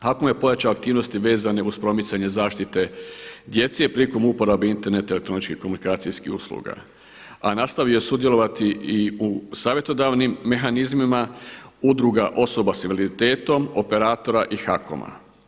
HAKOM je pojačao aktivnosti vezane uz promicanje zaštite djece prilikom uporabe interneta i elektroničkih komunikacijskih usluga, ali je nastavio sudjelovati i u savjetodavnim mehanizmima, udruga osoba sa invaliditetom, operatora i HAKOM-a.